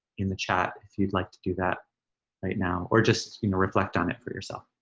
in the chat, if you'd like to do that right now, or just you know reflect on it for yourself.